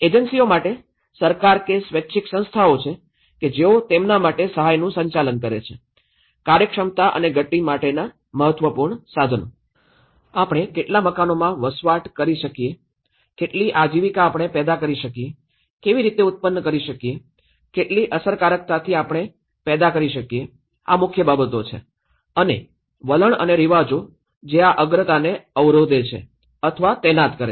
એજન્સીઓ માટે સરકાર કે સ્વૈચ્છિક સંસ્થાઓ છે કે જેઓ તેમના માટે સહાયનું સંચાલન કરે છે કાર્યક્ષમતા અને ગતિ માટેના મહત્વપૂર્ણ સાધનો આપણે કેટલા મકાનોમાં વસવાટ કરી શકીએ કેટલી આજીવિકા આપણે પેદા કરી શકીએ કેવી રીતે ઉત્પન્ન કરી શકીએ કેટલી અસરકારકતાથી આપણે પેદા કરી શકીએ આ મુખ્ય બાબતો છે અને વલણ અને રિવાજો જે આ અગ્રતાને અવરોધે છે અથવા તૈનાત કરે છે